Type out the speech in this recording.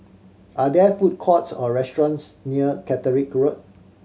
are there food courts or restaurants near Catterick Road